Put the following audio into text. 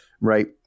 right